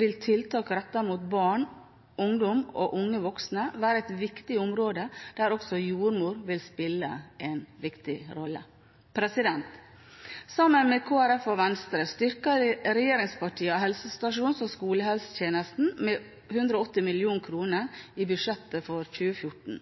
vil tiltak rettet mot barn, ungdom og unge voksne være et viktig område der også jordmor vil spille en viktig rolle. Sammen med Kristelig Folkeparti og Venstre styrket regjeringspartiene helsestasjons- og skolehelsetjenesten med 180 mill. kr i budsjettet for 2014.